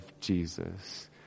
Jesus